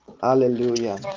Hallelujah